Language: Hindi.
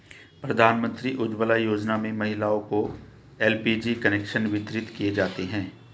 प्रधानमंत्री उज्ज्वला योजना में महिलाओं को एल.पी.जी कनेक्शन वितरित किये जाते है